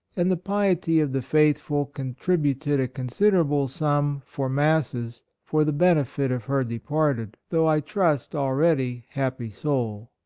and the piety of the faithful con tributed a considerable sum for masses for the benefit of her de parted, though i trust already happy soul.